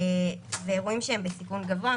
ואירועים שהם בסיכון גבוה.